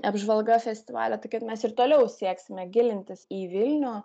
apžvalga festivalio tai kad mes ir toliau sieksime gilintis į vilnių